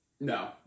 No